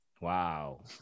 Wow